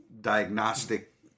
diagnostic